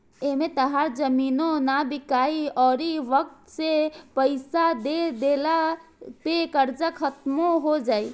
एमें तहार जमीनो ना बिकाइ अउरी वक्त से पइसा दे दिला पे कर्जा खात्मो हो जाई